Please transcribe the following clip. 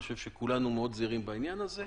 אני חושב שכולנו מאוד זהירים בעניין הזה,